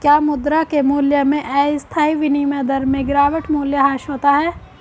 क्या मुद्रा के मूल्य में अस्थायी विनिमय दर में गिरावट मूल्यह्रास होता है?